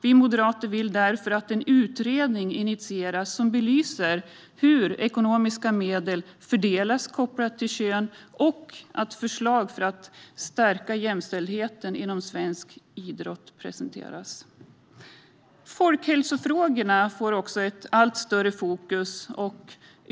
Vi moderater vill därför att en utredning initieras som belyser hur ekonomiska medel fördelas kopplat till kön och att förslag för att stärka jämställdheten inom svensk idrott presenteras. Folkhälsofrågorna får ett allt större fokus.